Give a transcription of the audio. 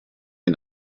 den